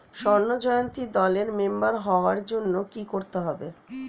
স্বর্ণ জয়ন্তী দলের মেম্বার হওয়ার জন্য কি করতে হবে?